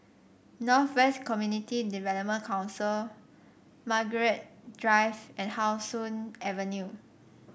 North West Community Development Council Margaret Drive and How Sun Avenue